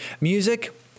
Music